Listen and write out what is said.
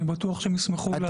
אני בטוח שהם ישמחו להציג.